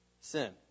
sin